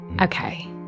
Okay